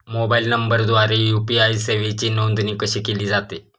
Mobile नंबरद्वारे UPI सेवेची नोंदणी कशी केली जाते?